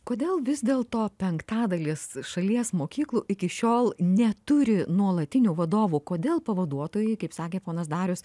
kodėl vis dėl to penktadalis šalies mokyklų iki šiol neturi nuolatinių vadovų kodėl pavaduotojai kaip sakė ponas darius